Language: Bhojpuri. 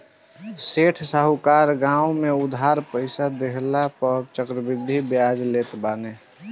सेठ साहूकार गांव में उधार पईसा देहला पअ चक्रवृद्धि बियाज लेत बाने